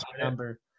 number